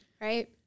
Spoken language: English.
Right